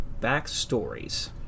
backstories